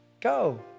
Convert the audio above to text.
Go